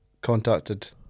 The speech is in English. contacted